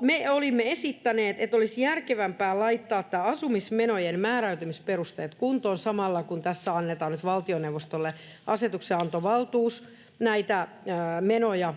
Me olimme esittäneet, että olisi järkevämpää laittaa nämä asumismenojen määräytymisperusteet kuntoon samalla, kun tässä annetaan nyt valtioneuvostolle asetuksenantovaltuus näitä menoja